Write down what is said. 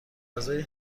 غذای